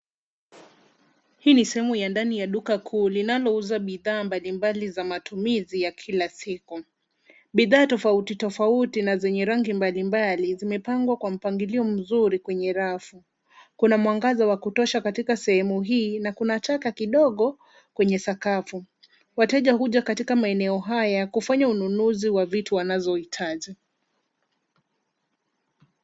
Hii ni sehemu ya ndani ya duka kuu, linalouza bidhaa mbalimbali za matumizi ya kila siku. Bidhaa tofauti tofauti na zenye rangi mbalimbali zimepangwa kwa mpangilio mzuri kwenye rafu. Kuna mwangaza wa kutosha katika sehemu hii na kuna taka kidogo kwenye sakafu. Wateja huja katika maeneo haya kufanya ununuzi wa vitu wanazohitaji.